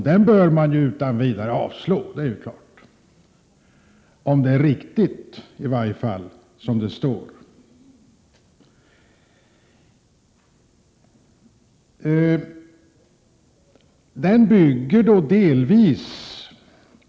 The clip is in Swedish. Det är klart att man utan vidare bör avstyrka en så dålig motion —i varje fall om det som står i betänkandet är riktigt.